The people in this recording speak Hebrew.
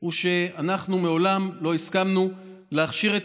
הוא שאנחנו מעולם לא הסכמנו להכשיר את